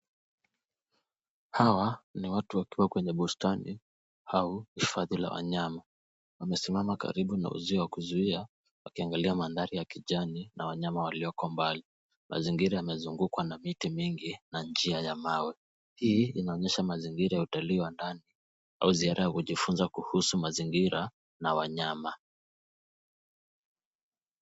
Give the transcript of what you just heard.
Hawa ni watu wakiwa kwenye bustani au hifadhi la wanyama, wamesimama karibu na uzio wa kuzuia wakiangalia mandhari ya kijani na wanyama walioko mbali. Mazingira yamezungukwa na miti mingi na njia ya mawe. Hii inaonyesha mazingira ya utalii wa ndani au ziara ya kujifunza kuhusu mazingira na wanyama.